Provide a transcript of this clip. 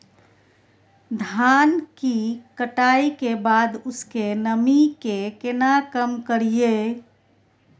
धान की कटाई के बाद उसके नमी के केना कम करियै?